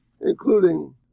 including